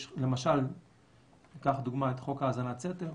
למשל ניקח לדוגמה את חוק האזנת סתר,